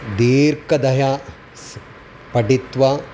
दीर्घतया सः पठित्वा